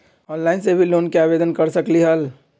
Online से भी loan के आवेदन कर सकलीहल?